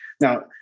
Now